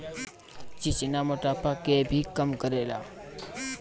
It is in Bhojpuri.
चिचिना मोटापा के भी कम करेला